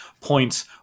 points